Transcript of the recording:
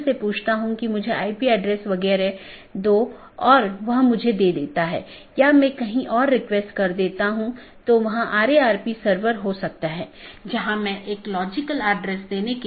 इस प्रकार हमारे पास आंतरिक पड़ोसी या IBGP है जो ऑटॉनमस सिस्टमों के भीतर BGP सपीकरों की एक जोड़ी है और दूसरा हमारे पास बाहरी पड़ोसीयों या EBGP कि एक जोड़ी है